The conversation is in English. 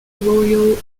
royal